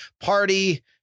Party